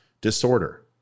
disorder